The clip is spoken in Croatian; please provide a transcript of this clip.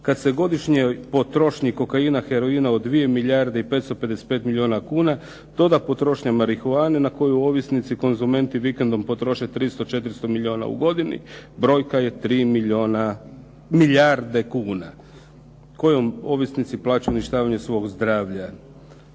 Kad se godišnjoj potrošnji kokaina, heroina od 2 milijarde i 555 milijuna kuna doda potrošnja marihuane na koju ovisnici, konzumenti vikendom potroše 300, 400 milijuna u godini, brojka je 3 milijarde kuna kojom ovisnici plaćaju uništavanje svog zdravlja.